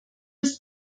ist